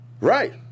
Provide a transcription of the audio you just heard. Right